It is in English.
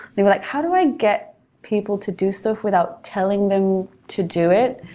they were like, how do i get people to do stuff without telling them to do it?